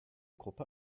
gruppe